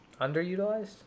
Underutilized